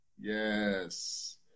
Yes